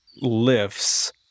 lifts